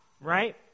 right